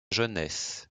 jeunesse